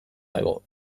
dago